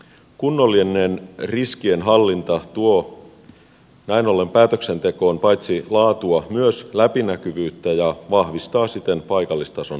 kunnollinen riskienhallinta tuo näin ollen päätöksentekoon paitsi laatua myös läpinäkyvyyttä ja vahvistaa siten paikallistason demokratiaa